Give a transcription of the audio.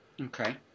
Okay